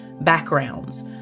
backgrounds